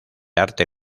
arte